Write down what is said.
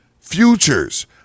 futures